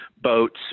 boats